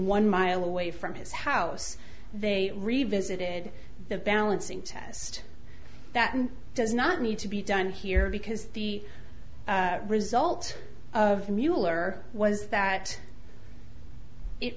one mile away from his house they revisited the balancing test that does not need to be done here because the result of mueller was that it